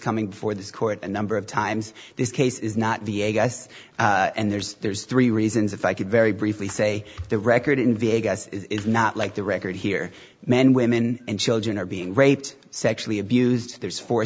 coming before this court a number of times this case is not the and there's there's three reasons if i could very briefly say the record in vegas is not like the record here men women and children are being raped sexually abused there's fo